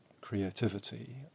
creativity